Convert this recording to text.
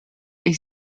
est